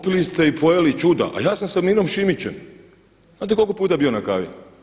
Popili ste i pojeli čuda, a ja sam sa Mirom Šimićem znate koliko puta bio na kavi?